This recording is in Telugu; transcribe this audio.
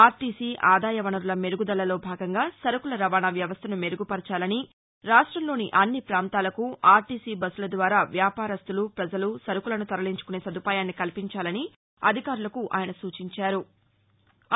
ఆర్ టీ సి ఆదాయ వసరుల మెరుగుదలలో భాగంగా సరుకుల రవాణా వ్యవస్థను మెరుగుపరచాలని రాష్టంలోని అన్ని ప్రాంతాలకు ఆర్ టీ సి బస్ల ద్వారా వ్యాపారస్తులు ప్రజలు సరుకులను తరలించుకునే సదుపాయాన్ని కల్పించాలని అధికారులకు ఆయన సూచించారు